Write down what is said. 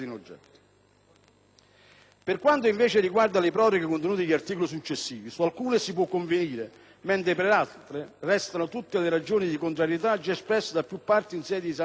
Per quanto riguarda le proroghe contenute negli articoli successivi, su alcune si può convenire, mentre per altre restano tutte le ragioni di contrarietà già espresse da più parti in sede di esame in Commissione.